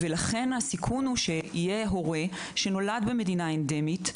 הסיכון הוא שיהיה הורה שנולד במדינה אנדמית,